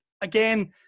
again